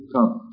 Come